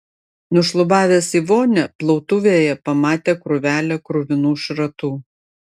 nušlubavęs į vonią plautuvėje pamatė krūvelę kruvinų šratų